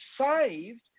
saved